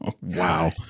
Wow